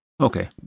okay